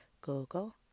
Google